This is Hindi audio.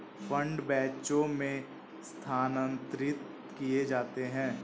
फंड बैचों में स्थानांतरित किए जाते हैं